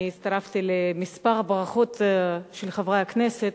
אני הצטרפתי לכמה ברכות של חברי הכנסת.